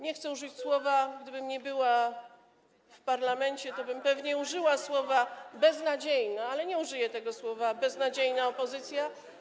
nie chcę użyć tego słowa, ale gdybym nie była w parlamencie, tobym pewnie użyła słowa „beznadziejna” - ale nie użyję tego słowa „beznadziejna” - opozycja.